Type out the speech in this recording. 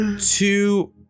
two